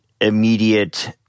immediate